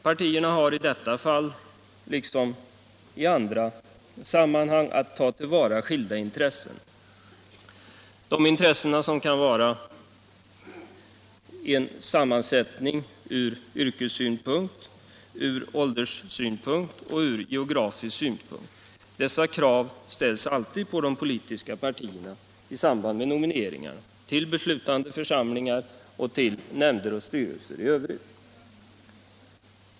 Partierna har i detta fall liksom i andra sammanhang att ta till vara skilda intressen. Man har att ta hänsyn till sammansättningen ur exempelvis yrkessynpunkt, ålderssynpunkt och geografisk synpunkt. Dessa krav ställs alltid på de politiska partierna i samband med nomineringar till beslutande församlingar och till nämnder och styrelser i övrigt.